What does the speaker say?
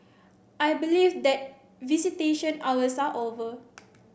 I believe that visitation hours are over